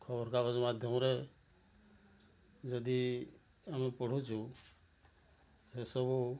ଖବର କାଗଜ ମାଧ୍ୟମରେ ଯଦି ଆମ ପଢ଼ୁଛୁ ସେସବୁ